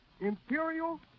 Imperial